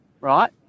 right